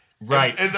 Right